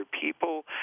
people